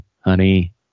honey